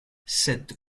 cette